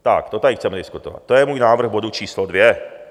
To tady chceme diskutovat, to je můj návrh bodu číslo 2.